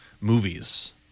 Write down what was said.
Movies